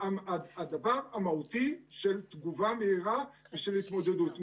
הדבר המהותי של תגובה מהירה היא של ההתמודדות.